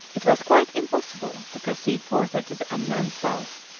it was quite impossible to proceed farther to the unknown south,